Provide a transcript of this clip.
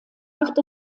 macht